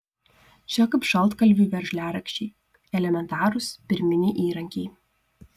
čia kaip šaltkalviui veržliarakčiai elementarūs pirminiai įrankiai